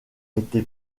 été